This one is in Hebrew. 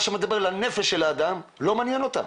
מה שמדבר לנפש של האדם לא מעניין אותם.